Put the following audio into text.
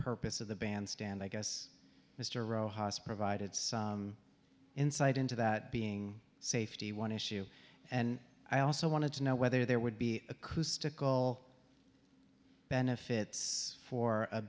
purpose of the bandstand i guess mr roe haas provided some insight into that being safety one issue and i also wanted to know whether there would be acoustical benefits for a